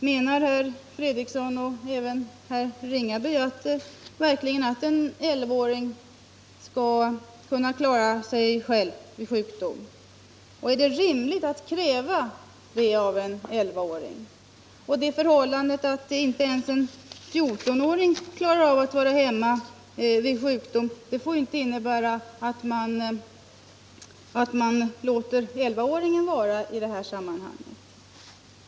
Menar herr Fredriksson och även herr Ringaby verkligen att en 11-åring skall kunna klara sig själv vid sjukdom? Är det rimligt att kräva det av en 11-åring? Det förhållandet att inte ens en 14-åring klarar av att vara hemma vid sjukdom får inte innebära att man låter 11-åringen vara det.